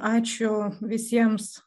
ačiū visiems